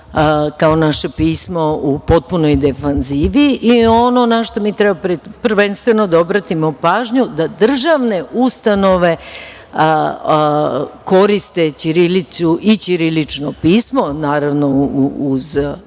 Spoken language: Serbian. kao naše pismo u potpunoj defanzivi i ono na šta mi treba prvenstveno da obratimo pažnju jeste da državne ustanove koriste ćirilicu i ćirilično pismo, naravno, uz